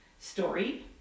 story